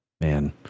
Man